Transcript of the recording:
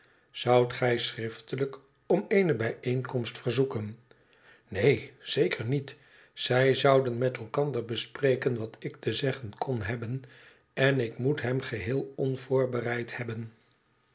zoudt gij schriftelijk om eene bijeenkomst verzoeken neen zeker niet zij zouden met elkander bespreken wat ik te zeggen kon hebben en ik moet hem geheel onvoorbereid hebben